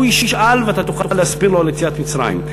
ישאל ואתה תוכל להסביר לו על יציאת מצרים.